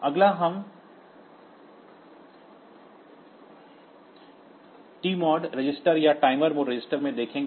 अगला हम TMOD register या टाइमर मोड रजिस्टर में देखेंगे